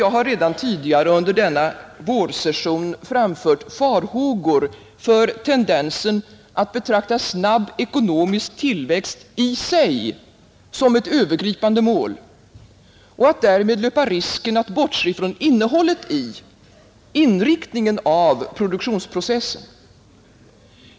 Jag har redan tidigare under denna vårsession framfört farhågor för tendensen att betrakta snabb ekonomisk tillväxt i sig som ett övergripande mål och att därmed löpa risken att bortse från innehållet i, inriktningen av produktionsprocessen.